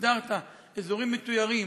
הגדרתם כאזורים מתוירים,